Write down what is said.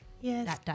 Yes